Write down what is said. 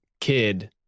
kid